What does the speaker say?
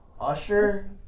Usher